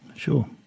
Sure